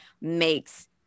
makes